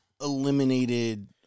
eliminated